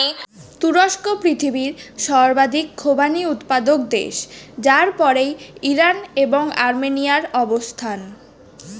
তুরস্ক পৃথিবীর সর্বাধিক খোবানি উৎপাদক দেশ যার পরেই ইরান এবং আর্মেনিয়ার অবস্থান